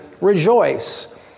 rejoice